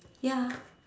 ya